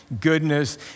goodness